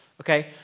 okay